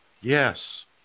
yes